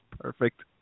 perfect